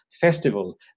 festival